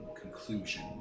conclusion